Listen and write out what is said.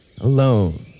alone